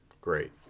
great